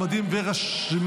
(תחולת הדין הישראלי על עבירת חוץ